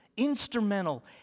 instrumental